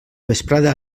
vesprada